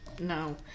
no